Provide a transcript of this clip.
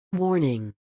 Warning